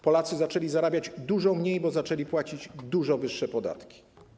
Polacy zaczęli zarabiać dużo mniej, bo zaczęli płacić dużo wyższe podatki.